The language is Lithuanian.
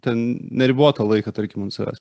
ten neribotą laiką tarkim ant savęs